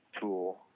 tool